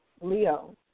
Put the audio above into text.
Leo